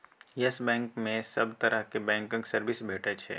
yes Bank मे सब तरहक बैंकक सर्विस भेटै छै